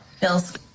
Bills